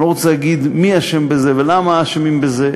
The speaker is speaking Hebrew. אני לא רוצה לומר מי אשם בזה ולמה אשמים בזה,